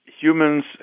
humans